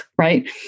right